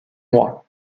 moi